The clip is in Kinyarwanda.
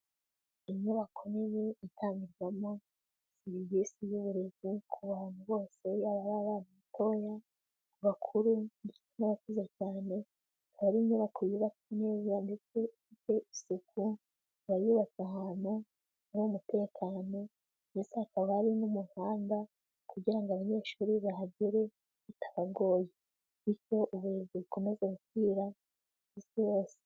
Inyubako nini itangirwamo serivisi y'uburezi kubantu bose, yaba ari abana batoya, abakuru ndetse n'abakuze cyane, ikaba ari inyubako yubatse neza ndetse ifite isuku, ikaba yubatse ahantu hari umutekano, ndetse hakaba hari n'umuhanda kugira ngo abanyeshuri bahagere bitabangoye. Bityo uburezi bukomeze gukwira ku isi hose.